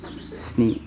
स्नि